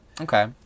okay